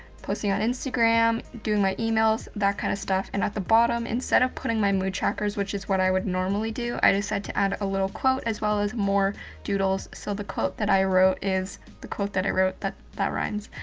posting on instagram, doing my emails, that kind of stuff, and at the bottom, instead of putting my mood trackers, which is what i would normally do, i decide to add a little quote as well as more doodles. so the quote that i wrote is the quote that i wrote that, that rhymes,